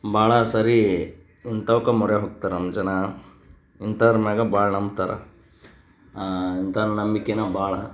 ಭಾಳ ಸಾರಿ ಇಂಥವ್ಕೆ ಮೊರೆ ಹೋಗ್ತಾರೆ ನಮ್ಮ ಜನ ಇಂಥೋರ ಮ್ಯಾಲ ಭಾಳ ನಂಬ್ತಾರೆ ಇಂಥವ್ರ ನಂಬಿಕೆನೇ ಭಾಳ